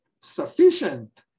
sufficient